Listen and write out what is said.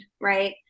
right